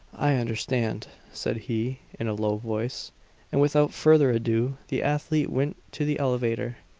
i understand, said he, in a low voice and without further ado the athlete went to the elevator.